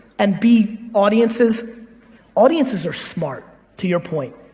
and b, audiences audiences are smart to your point.